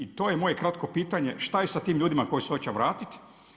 I to je moje kratko pitanje, što je sa tim ljudima koji se hoće vratiti?